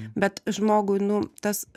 bet žmogui nu tas